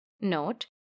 Note